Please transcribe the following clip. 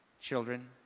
children